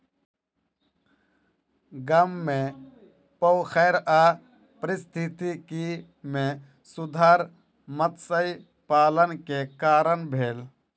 गाम मे पोखैर आ पारिस्थितिकी मे सुधार मत्स्य पालन के कारण भेल